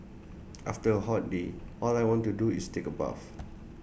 after A hot day all I want to do is take A bath